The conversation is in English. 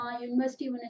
university